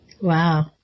Wow